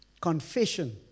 Confession